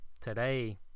today